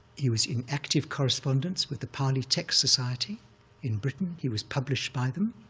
he was in active correspondence with the pali text society in britain. he was published by them,